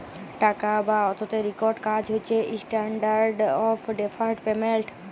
টাকা বা অথ্থের ইকট কাজ হছে ইস্ট্যান্ডার্ড অফ ডেফার্ড পেমেল্ট